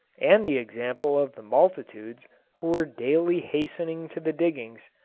and the example of the multitudes who were daily hastening to the diggings,